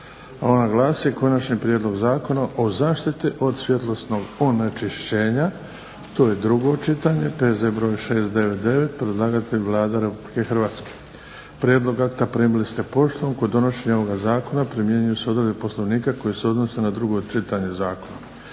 ona glasi – 11. Konačni prijedlog Zakona o zaštiti od svjetlosnog onečišćenja, drugo čitanje, P.Z. br. 699 Predlagatelj Vlada Republike Hrvatske. Prijedlog akta primili ste poštom. Kod donošenja ovoga zakona primjenjuju se odredbe Poslovnika koje se odnose na drugo čitanje zakona.